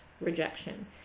rejection